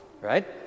right